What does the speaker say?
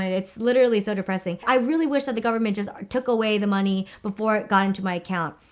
it's literally so depressing. i really wish that the government just took away the money before it got into my account.